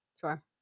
Sure